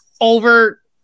over